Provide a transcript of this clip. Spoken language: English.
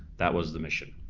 that was the mission.